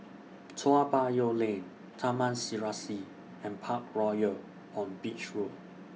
Toa Payoh Lane Taman Serasi and Parkroyal on Beach Road